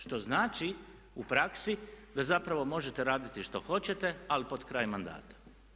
Što znači u praksi da zapravo možete raditi što hoćete ali pod kraj mandata.